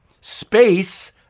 space